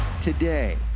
today